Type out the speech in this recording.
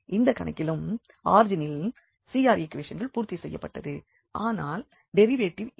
இந்த கணக்கிலும் ஆரிஜினில் CR ஈக்குவேஷன்கள் பூர்த்தி செய்யப்பட்டது ஆனால் டெரிவேட்டிவ் இல்லை